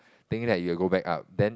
think that it will go back up then